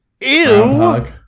ew